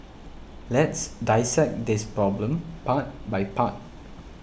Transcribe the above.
let's dissect this problem part by part